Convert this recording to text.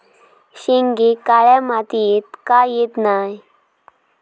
शेंगे काळ्या मातीयेत का येत नाय?